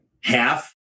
half